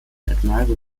admirable